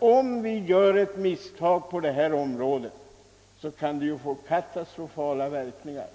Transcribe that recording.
om vi gör ett misstag på detta område kan det få katastrofala verkningar.